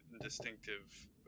distinctive